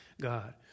God